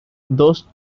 those